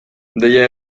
deia